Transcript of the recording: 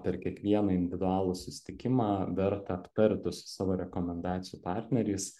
per kiekvieną individualų susitikimą verta aptarti su savo rekomendacijų partneriais